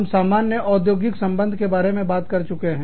हम सामान्य औद्योगिक संबंध के बारे में बात कर चुके हैं